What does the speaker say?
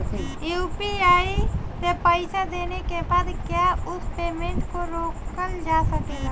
UPI से पईसा देने के बाद क्या उस पेमेंट को रोकल जा सकेला?